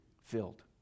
filled